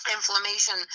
inflammation